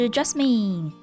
Jasmine